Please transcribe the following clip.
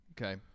okay